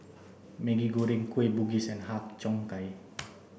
Maggi Goreng Kueh Bugis and Har Cheong Gai